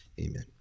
amen